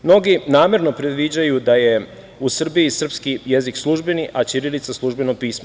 Mnogi namerno predviđaju da je u Srbiji srpski jezik službeni, a ćirilica službeno pismo.